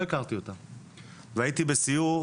והייתי בסיור.